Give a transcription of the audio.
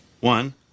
one